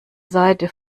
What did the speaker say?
seite